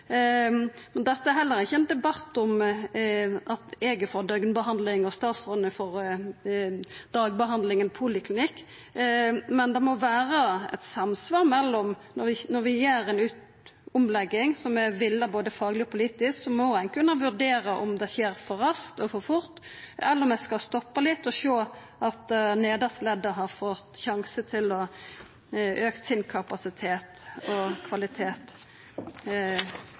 men det må vera eit samsvar: Når vi gjer ei omlegging som er vilja både fagleg og politisk, må ein kunna vurdera om det skjer for raskt og for fort, eller om ein skal stoppa opp litt og sjå at det nedste leddet har fått sjanse til å auka kapasiteten og kvaliteten sin. Det er en sammenheng mellom det å alltid la pasienter med rus- og